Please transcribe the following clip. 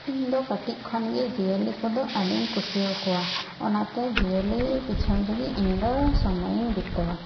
ᱤᱧ ᱫᱚ ᱠᱟᱹᱴᱤᱡ ᱠᱷᱚᱱ ᱜᱮ ᱡᱤᱭᱟᱹᱞᱤ ᱠᱚᱫᱚ ᱟᱹᱰᱤᱧ ᱠᱩᱥᱤ ᱟᱠᱚᱣᱟ ᱚᱱᱟ ᱛᱮ ᱡᱤᱭᱟᱹᱞᱤ ᱯᱤᱪᱷᱚᱱ ᱨᱮᱜᱮ ᱤᱧ ᱫᱚ ᱥᱚᱢᱳᱭ ᱤᱧ ᱵᱤᱛᱟᱹᱣᱟ